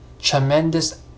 tremendous